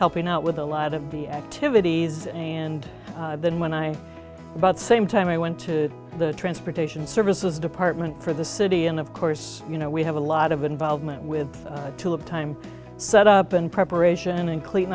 helping out with a lot of the activities and then when i bought same time i went to the transportation services department for the city and of course you know we have a lot of involvement with time set up and preparation and clean